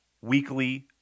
weekly